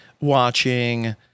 watching